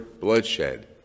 bloodshed